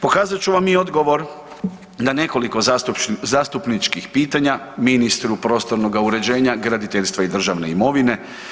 Pokazat ću vam i odgovor na nekoliko zastupničkih pitanja ministru prostornog uređenja, graditeljstva i državne imovine.